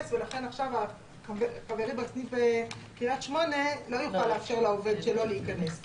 ולכן עכשיו חברי בסניף בקריית שמונה לא יכול לאפשר לעובד שלו להיכנס,